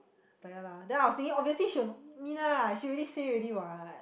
but ya lah then I was thinking obviously she will nominate me lah she already say salready [what]